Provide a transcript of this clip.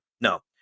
No